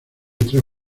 tres